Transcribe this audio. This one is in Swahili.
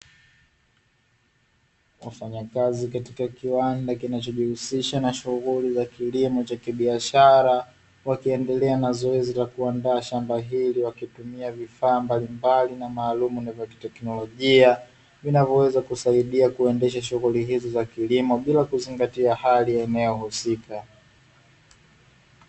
Wafanyakazi katika kiwanda kinachojihusisha na shughuli za kilimo cha kibiashara wakiendelea na zoezi la kuandaa shamba hili wakitumia vifaa mbalimbali na maalum teknolojia vinavyoweza kusaidia kuendesha shughuli hizi za kilimo bila kuzingatia hali eneo husika.